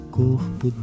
corpo